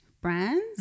brands